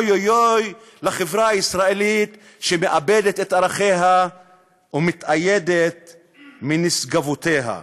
אוי לחברה הישראלית שמאבדת את ערכיה ומתאיידת מנשגבותה.